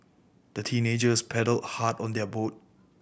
the teenagers paddled hard on their boat